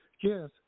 Yes